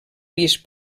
vist